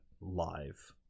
live